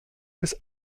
bis